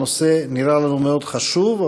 הנושא נראה לנו מאוד חשוב,